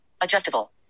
adjustable